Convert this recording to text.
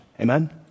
Amen